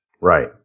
Right